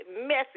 Messy